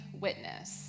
Witness